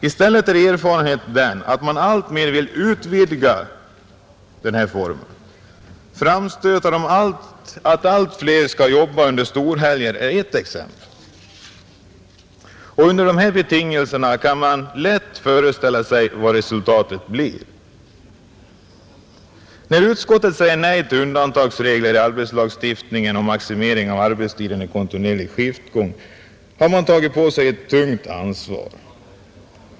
I stället är erfarenheten den att man allt mer vill utvidga den här formen, Framstötar om att allt fler skall arbeta under storhelger är ett exempel, Under dessa betingelser kan man lätt föreställa sig vad resultatet blir, När utskottet säger nej till undantagsregler i arbetslagstiftningen om maximering av arbetstiden i kontinuerlig skiftgång, har man tagit på sig ett tungt ansvar.